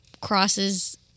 crosses